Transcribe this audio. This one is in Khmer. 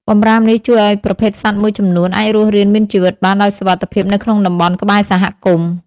បម្រាមនេះជួយឱ្យប្រភេទសត្វមួយចំនួនអាចរស់រានមានជីវិតបានដោយសុវត្ថិភាពនៅក្នុងតំបន់ក្បែរសហគមន៍។